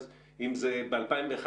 אם זה ב-2001,